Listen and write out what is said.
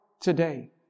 today